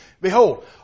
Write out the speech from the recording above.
Behold